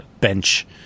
bench